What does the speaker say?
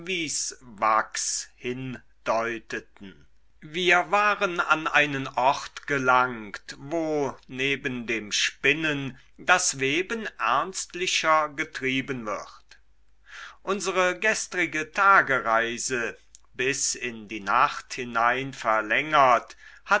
hindeuteten wir waren an einen ort gelangt wo neben dem spinnen das weben ernstlicher getrieben wird unsere gestrige tagereise bis in die nacht hinein verlängert